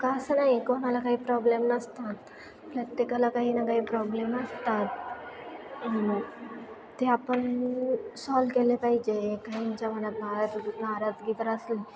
का असं नाही कोणाला काही प्रॉब्लेम नसतात प्रत्येकाला काही ना काही प्रॉब्लेम असतात ते आपण सॉल्व केले पाहिजे काहीच्या मनात नाराज नाराजगी जर असली